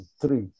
three